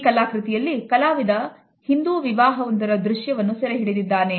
ಈ ಕಲಾಕೃತಿಯಲ್ಲಿ ಕಲಾವಿದ ಹಿಂದೂ ವಿವಾಹ ಒಂದರ ದೃಶ್ಯವನ್ನು ಸೆರೆಹಿಡಿದಿದ್ದಾನೆ